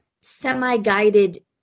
semi-guided